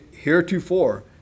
heretofore